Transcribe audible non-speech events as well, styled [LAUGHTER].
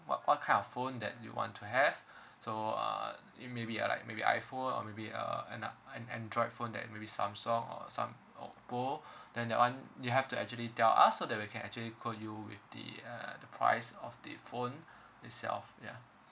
what what kind of phone that you want to have so uh maybe uh like maybe iphone or maybe uh a~ android phone that maybe samsung or some oppo [BREATH] then that one you have to actually tell us so that we can actually quote you with the uh the price of the phone itself ya